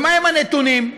ומה הנתונים?